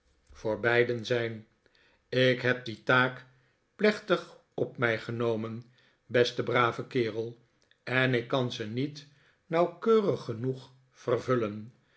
voor beiden zijn ik heb die taak plechtig od mij genomen beste brave kerel en ik kan ze niet nauwkeurig genoeg vervullen